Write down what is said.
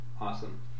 awesome